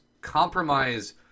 compromise